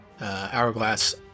Hourglass